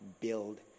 build